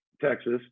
Texas